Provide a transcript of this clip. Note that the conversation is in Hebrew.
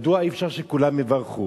מדוע אי-אפשר שכולם יברכו